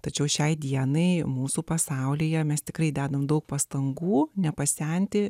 tačiau šiai dienai mūsų pasaulyje mes tikrai dedame daug pastangų nepasenti